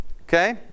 Okay